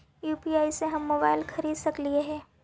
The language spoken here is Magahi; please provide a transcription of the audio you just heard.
यु.पी.आई से हम मोबाईल खरिद सकलिऐ है